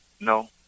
No